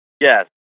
Yes